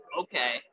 Okay